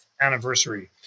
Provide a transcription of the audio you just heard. anniversary